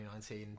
2019